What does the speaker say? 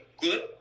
good